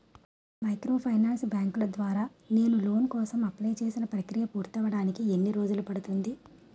Microfinance బ్యాంకుల ద్వారా నేను లోన్ కోసం అప్లయ్ చేసిన ప్రక్రియ పూర్తవడానికి ఎన్ని రోజులు పడుతుంది?